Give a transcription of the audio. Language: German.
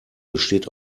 besteht